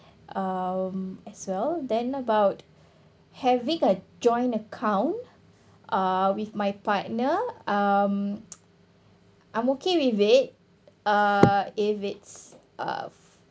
um as well then about having a joint account uh with my partner um I'm okay with it uh if it's uh